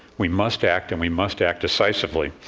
we must act, and we must act decisively.